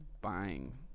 buying